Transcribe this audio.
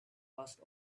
passed